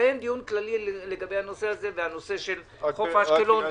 יתקיים דיון כללי לגבי הנושא הזה והנושא של חוף אשקלון,